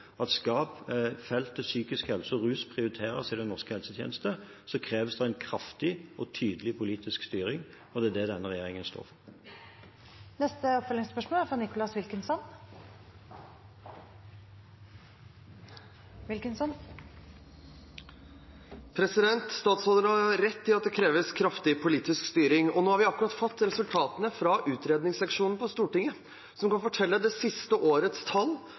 at skal feltet psykisk helse og rus prioriteres i den norske helsetjenesten, kreves det en kraftig og tydelig politisk styring. Det er det denne regjeringen står for. Nicholas Wilkinson – til oppfølgingsspørsmål. Statsråden har rett i at det kreves kraftig politisk styring. Nå har vi akkurat fått resultatene fra utredningsseksjonen på Stortinget, som kan fortelle det siste årets tall